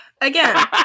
Again